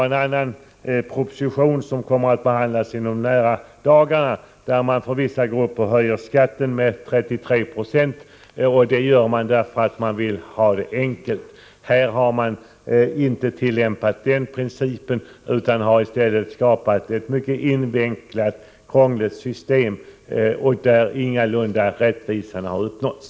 En annan proposition kommer nämligen att behandlas inom de närmaste dagarna, där man för vissa grupper höjer skatten med 33 26 därför att man vill ha det enkelt. Här har man inte tillämpat denna princip utan i stället skapat ett mycket invecklat och krångligt system, där rättvisa ingalunda har uppnåtts.